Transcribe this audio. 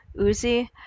Uzi